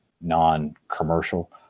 non-commercial